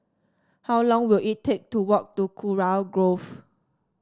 how long will it take to walk to Kurau Grove